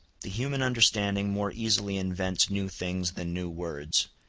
the human understanding more easily invents new things than new words,